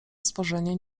stworzenie